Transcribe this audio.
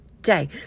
day